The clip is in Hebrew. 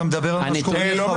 אתה מדבר על מה שקורה בחווארה?